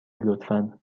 لطفا